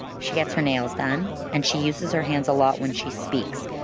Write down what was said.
she gets her nails done and she uses her hands a lot when she speaks,